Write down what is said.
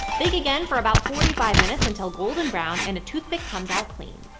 bake again for about forty five minutes until golden brown and a toothpick comes out clean.